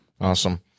Awesome